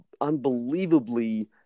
unbelievably